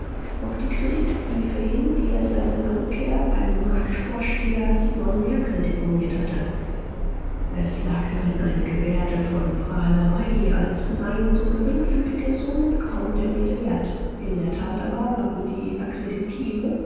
auf die kreditbriefe hin die er seit seiner rückkunft beim marktvorsteher simon merkel deponiert hatte es lag darin eine gebärde von prahlerei als seien so geringfügige summen kaum der rede wert in der tat aber waren die